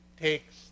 takes